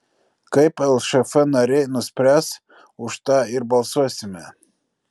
kaip lšf nariai nuspręs už tą ir balsuosime